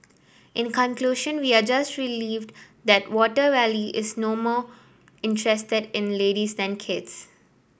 in conclusion we are just relieved that Water Wally is no more interested in ladies than kids